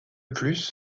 plus